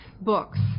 Books